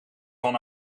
van